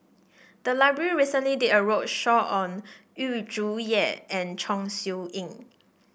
the library recently did a roadshow on Yu Zhuye and Chong Siew Ying